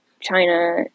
China